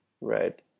Right